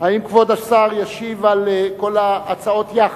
האם כבוד השר ישיב על כל ההצעות יחד?